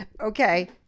Okay